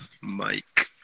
Mike